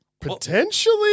potentially